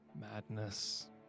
Madness